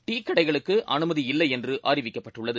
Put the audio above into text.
ட கடைகளுக்கு அனுமதி இல்லை என்று அறிவிக்கப்பட்டுள்ளது